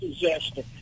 disaster